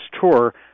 Tour